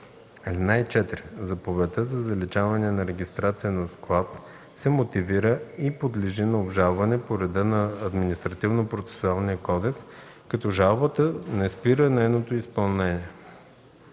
на чл. 38. (4) Заповедта за заличаване на регистрация на склад се мотивира и подлежи на обжалване по реда на Административнопроцесуалния кодекс, като жалбата не спира нейното изпълнение.”